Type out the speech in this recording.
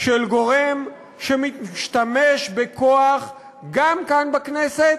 של גורם שמשתמש בכוח גם כאן, בכנסת,